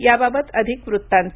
याबाबत अधिक वृत्तांत